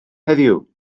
heddiw